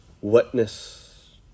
witness